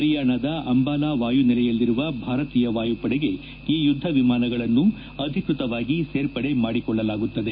ಪರಿಯಾಣದ ಅಂಬಾಲಾ ವಾಯುನೆಲೆಯಲ್ಲಿರುವ ಭಾರತೀಯ ವಾಯುಪಡೆಗೆ ಈ ಯುದ್ದ ವಿಮಾನಗಳನ್ನು ಅಧಿಕೃತವಾಗಿ ಸೇರ್ಪಡೆ ಮಾಡಿಕೊಳ್ಳಲಾಗುತ್ತದೆ